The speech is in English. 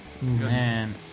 Man